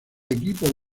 equipo